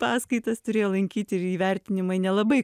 paskaitas turėjo lankyti ir įvertinimai nelabai